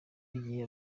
igihe